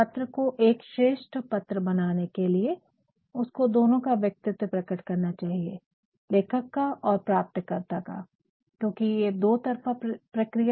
पत्र को एक श्रेष्ट पत्र बनाने के लिए उसको दोनों का व्यक्तित्व प्रकट करना चाहिए लेखक का और प्राप्तकर्ता का क्योकि ये दो तरफ़ा प्रक्रिया है